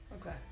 Okay